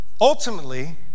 ultimately